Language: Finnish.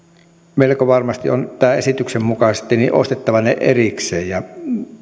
melko varmasti on tämän esityksen mukaisesti ostettava ne erikseen ja